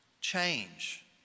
change